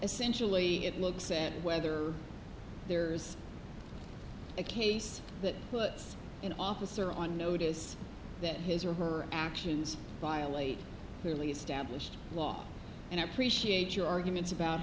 essentially it looks at whether there is a case that puts an officer on notice that his or her actions violate clearly established law and i appreciate your arguments about